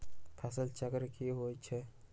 फसल चक्र की होइ छई?